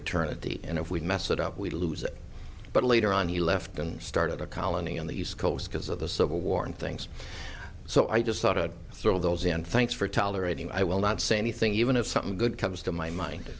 eternity and if we mess it up we lose it but later on he left and started a colony on the east coast because of the civil war and things so i just thought i'd throw those in thanks for tolerating i will not say anything even if something good comes to my mind